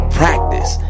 practice